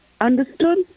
understood